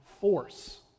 force